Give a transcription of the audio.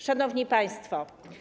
Szanowni Państwo!